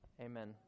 Amen